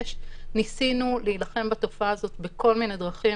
ניסינו להילחם בתופעה הזאת בכל מיני דרכים,